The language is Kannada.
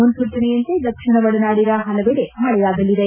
ಮುನ್ನೂಚನೆಯಂತೆ ದಕ್ಷಿಣ ಒಳನಾಡಿನ ಹಲವೆಡೆ ಮಳೆಯಾಗಲಿದೆ